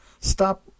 stop